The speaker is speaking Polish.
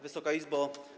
Wysoka Izbo!